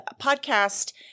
podcast